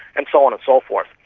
and so on and so forth.